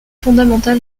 fondamental